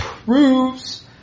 Proves